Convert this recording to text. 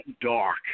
dark